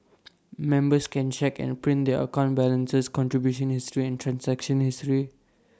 members can check and print their account balances contribution history and transaction history